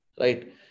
right